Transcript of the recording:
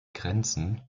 grenzen